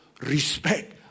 respect